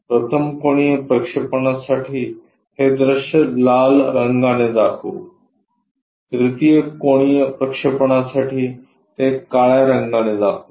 प्रथम कोनीय प्रक्षेपणासाठी हे दृश्य लाल रंगाने दाखवू तृतीय कोनीय प्रक्षेपणासाठी ते काळ्या रंगाने दाखवू